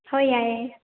ꯍꯣꯏ ꯌꯥꯏꯌꯦ